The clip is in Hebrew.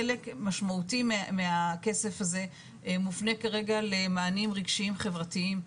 חלק משמעותי מהכסף הזה מופנה כרגע למענים רגשיים-חברתיים.